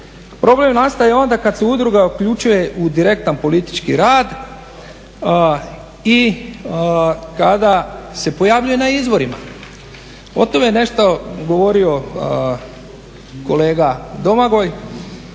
Problem nastaje onda kada se udruga uključuje u direktan politički rad i kada se pojavljuje na izborima. O tome je nešto govorio kolega Domagoj,